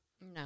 No